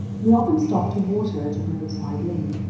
we often stop to water at a roadside inn,